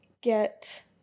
get